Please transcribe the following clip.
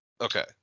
Okay